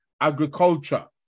agriculture